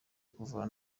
kuhava